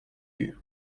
you